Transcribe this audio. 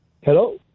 Hello